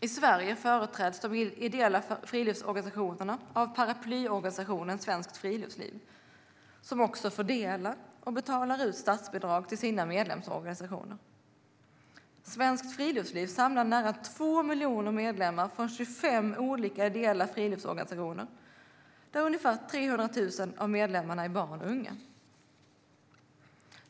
I Sverige företräds de ideella friluftsorganisationerna av paraplyorganisationen Svenskt Friluftsliv, som också fördelar och betalar ut statsbidrag till sina medlemsorganisationer. Svenskt Friluftsliv samlar nära 2 miljoner medlemmar från 25 olika ideella friluftsorganisationer, där ungefär 300 000 av medlemmarna är barn och unga.